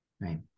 Right